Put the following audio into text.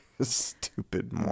Stupid